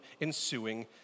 ensuing